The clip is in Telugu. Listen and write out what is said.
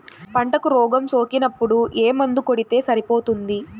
పంటకు రోగం సోకినపుడు ఏ మందు కొడితే సరిపోతుంది?